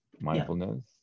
mindfulness